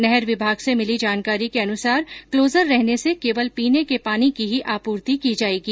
नहर विभाग से मिली जानकारी के अनुसार क्लोजर रहने से केवल पीने के पानी की ही आपूर्ति की जायेगी